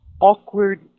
awkward